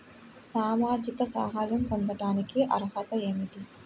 సామాజిక సహాయం పొందటానికి అర్హత ఏమిటి?